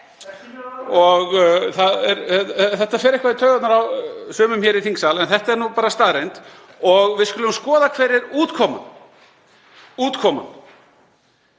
Þetta fer eitthvað í taugarnar á sumum hér í þingsal en þetta er nú bara staðreynd. Við skulum skoða hver útkoman er.